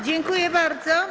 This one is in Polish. Dziękuję bardzo.